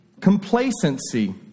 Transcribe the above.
complacency